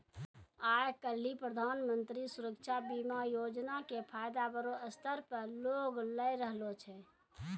आइ काल्हि प्रधानमन्त्री सुरक्षा बीमा योजना के फायदा बड़ो स्तर पे लोग लै रहलो छै